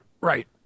Right